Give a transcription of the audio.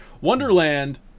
Wonderland